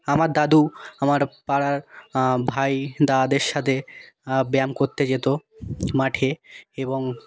আমার দাদু আমার পাড়ার ভাই দাদাদের সাথে ব্যায়াম করতে যেতো মাঠে এবং